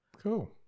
Cool